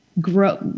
Grow